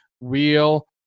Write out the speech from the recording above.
real